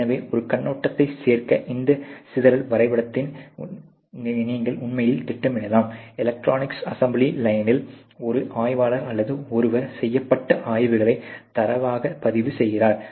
எனவே ஒரு கண்ணோட்டத்தை சேர்க்க இந்த சிதறல் வரைபடத்தை நீங்கள் உண்மையில் திட்டமிடலாம் எலக்ட்ரானிக்ஸ் அசெம்பிளி லைனில் ஒரு ஆய்வாளர் அல்லது ஒருவர் செய்யப்பட்ட ஆய்வுகளை தரவாக பதிவு செய்கிறார்